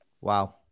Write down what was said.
Wow